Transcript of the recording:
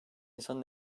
insanı